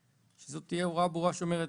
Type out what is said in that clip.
שזאת תהיה הוראה ברורה שאומרת: